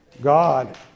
God